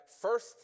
first